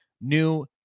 new